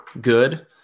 good